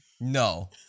no